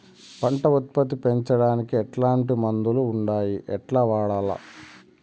పంట ఉత్పత్తి పెంచడానికి ఎట్లాంటి మందులు ఉండాయి ఎట్లా వాడల్ల?